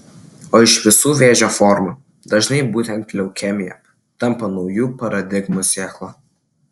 o iš visų vėžio formų dažnai būtent leukemija tampa naujų paradigmų sėkla